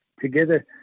together